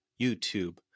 YouTube